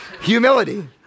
Humility